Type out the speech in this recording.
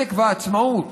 צדק ועצמאות,